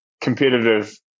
competitive